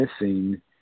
missing